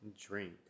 drink